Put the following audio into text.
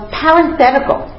parenthetical